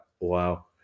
Wow